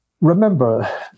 Remember